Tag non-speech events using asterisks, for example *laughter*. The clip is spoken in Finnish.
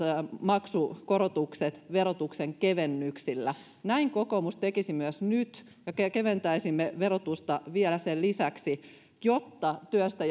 maksukorotukset verotuksen kevennyksillä näin kokoomus tekisi myös nyt me keventäisimme verotusta vielä sen lisäksi jotta työstä *unintelligible*